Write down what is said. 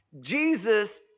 Jesus